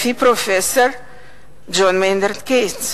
לפי פרופסור ג'ון מיינרד קיינס.